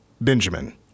Benjamin